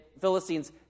Philistines